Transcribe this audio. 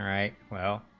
i will